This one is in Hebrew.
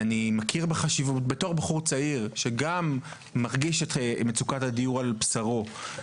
בתור בחור צעיר שגם מרגיש את מצוקת הדיור על בשרו,